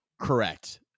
Correct